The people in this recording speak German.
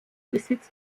besitzt